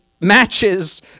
matches